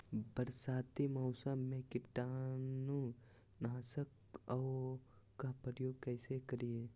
बरसाती मौसम में कीटाणु नाशक ओं का प्रयोग कैसे करिये?